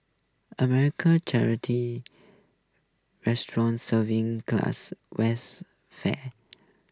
American charity restaurant serving classic western fare